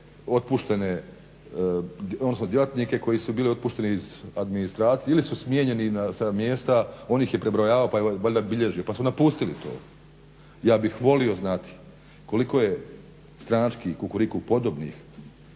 odnosno djelatnike koji su bili otpušteni iz administracije ili su smijenjeni sa mjesta, on ih je prebrojavao pa je valjda bilježio pa su napustili to. Ja bih volio znati koliko je stranačkih kukuriku podobnih